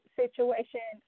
situation